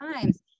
times